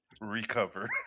Recover